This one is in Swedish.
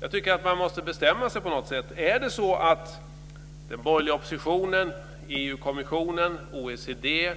Jag tycker att man måste bestämma sig. Är det så att den borgerliga oppositionen, EU-kommissionen, OECD,